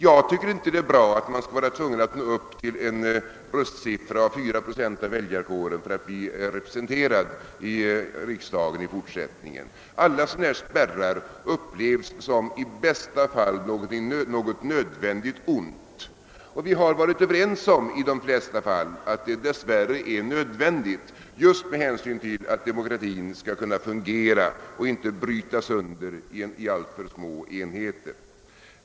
Jag tycker inte att det är bra att man skall vara tvungen att nå upp till en röstsiffra av 4 procent av väljarkåren för att i fortsättningen bli representerad i riksdagen. Alla sådana spärrar upplevs i bästa fall som ett nödvändigt ont. Vi har i de flesta fall varit överens om att det dess värre är nödvändigt just med hänsyn till att demokratin skall kunna fungera och för att verksamheten inte skall brytas sönder i alltför små enheter.